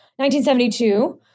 1972